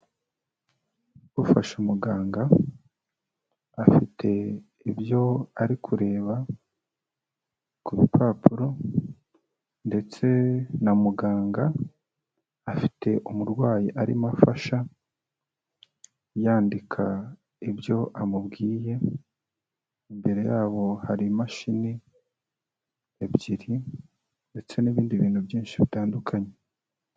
Ufasha muganga, afite ibyo ari kureba ku rupapuro, ndetse na muganga afite umurwayi arimo afasha yandika ibyo amubwiye, imbere yabo hari imashini ebyiri, ndetse n'ibindi bintu byinshi bitandukanye.